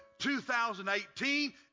2018